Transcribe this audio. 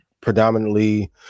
predominantly